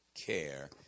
care